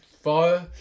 Fire